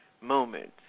moments